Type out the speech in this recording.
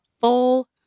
full